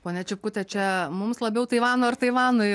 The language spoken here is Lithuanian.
ponia čipkute čia mums labiau taivano ar taivanui